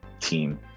team